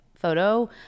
photo